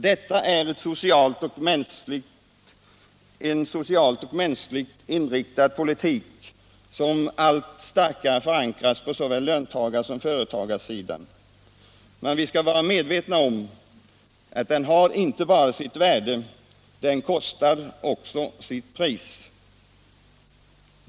Detta är en socialt och mänskligt inriktad politik som allt starkare förankras på såväl löntagarsom företagarsidan. Men vi skall vara medvetna om att den har inte bara sitt värde — den har också sitt pris.